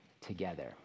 together